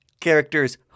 Characters